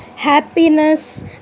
happiness